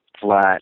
Flat